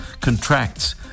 contracts